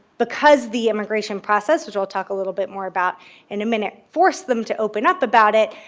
because the immigration process, which i'll talk a little bit more about in a minute, forced them to open up about it,